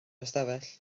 ystafell